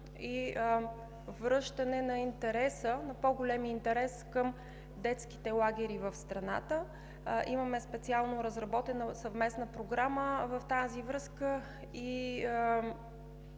за връщане на по-големия интерес към детските лагери в страната. Имаме специално разработена съвместна програма в тази връзка